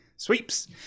Sweeps